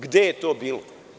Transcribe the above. Gde je to bilo?